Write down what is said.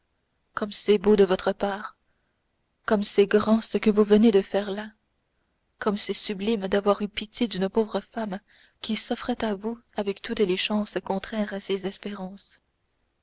comme c'est beau de votre part comme c'est grand ce que vous venez de faire là comme c'est sublime d'avoir eu pitié d'une pauvre femme qui s'offrait à vous avec toutes les chances contraires à ses espérances